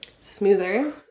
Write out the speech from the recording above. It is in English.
smoother